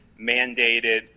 mandated